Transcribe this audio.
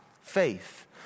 faith